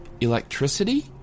electricity